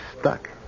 stuck